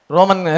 Roman